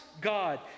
God